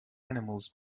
animals